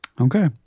Okay